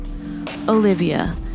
olivia